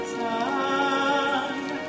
time